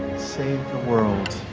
save the world.